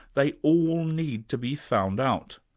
they all need to be found out.